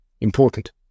important